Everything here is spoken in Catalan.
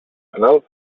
penal